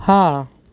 હા